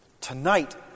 tonight